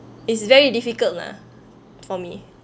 it's very difficult lah for me